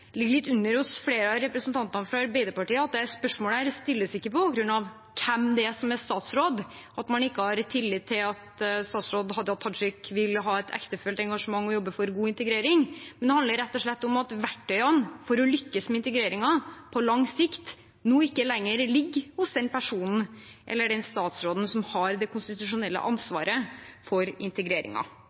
ligger litt under hos flere av representantene fra Arbeiderpartiet, at dette spørsmålet stilles ikke på grunn av hvem det er som er statsråd, at man ikke har tillit til at statsråd Hadia Tajik vil ha et ektefølt engasjement og jobbe for god integrering. Det handler rett og slett om at verktøyene for å lykkes med integreringen på lang sikt nå ikke lenger ligger hos den statsråden som har det konstitusjonelle ansvaret for